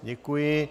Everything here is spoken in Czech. Děkuji.